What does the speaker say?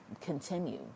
continue